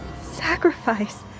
Sacrifice